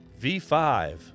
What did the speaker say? V5